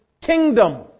kingdom